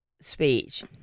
speech